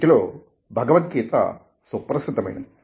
వీటిలో భగవద్గీత సుప్రసిద్ధమైనది